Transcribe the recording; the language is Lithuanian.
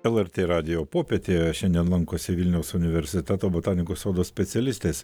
lrt radijo popietėje šiandien lankosi vilniaus universiteto botanikos sodo specialistės